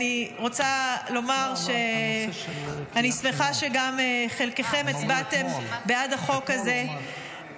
אני רוצה לומר שאני שמחה שגם חלקכם הצבעתם בעד החוק הזה.,